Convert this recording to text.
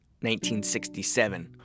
1967